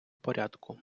порядку